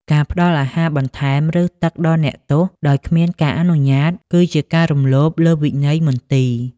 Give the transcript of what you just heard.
ការផ្ដល់អាហារបន្ថែម ឬទឹកដល់អ្នកទោសដោយគ្មានការអនុញ្ញាត គឺជាការរំលោភលើវិន័យមន្ទីរ។